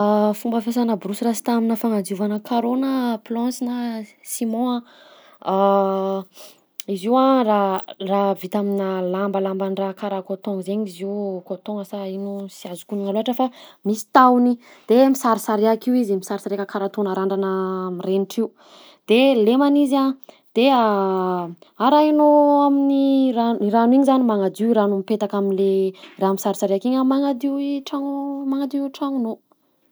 Fomba fiasanà borosy rasta aminà fagnadiovana carreaux na planche na siman a: izy io a raha raha aminà lambalamban-draha karaha coton zaigny izy io, coton-gna sa ino sy azoko ognona loatra fa misy tahony, de misarisariaka io izy, misarisariaka karaha ataonà randrana mirenitra io, de lemana izy a de arahinao amin'ny rano, i rano igny zany magnadio i rano mipetaka am'le raha misarisariaka igny a magnadio i tragno magnadio tragnonao.